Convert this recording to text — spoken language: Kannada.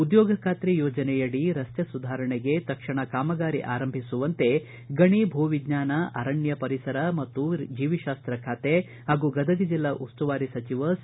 ಉದ್ಯೋಗಬಾತ್ರಿ ಯೋಜನೆ ಬಳಸಿಕೊಂಡು ರಸ್ತೆ ಸುಧಾರಣೆಗೆ ತಕ್ಷಣ ಕಾಮಗಾರಿ ಆರಂಭಿಸುವಂತೆ ಗಣಿ ಭೂ ವಿಜ್ಞಾನ ಅರಣ್ಯ ಪರಿಸರ ಮತ್ತು ಜೇವಿಶಾಸ್ತ ಖಾತೆ ಹಾಗೂ ಗದಗ ಜೆಲ್ಲಾ ಉಸ್ತುವಾರಿ ಸಚಿವ ಸಿ